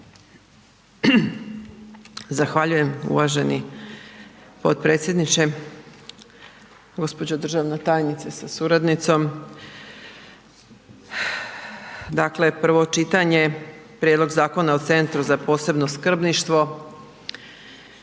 Zahvaljujem uvaženi potpredsjedniče. Gospođo državna tajnice sa suradnicom. Dakle prvo čitanje Prijedlog zakona o Centru za posebno skrbništvo,